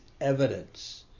evidence